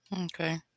Okay